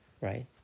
Right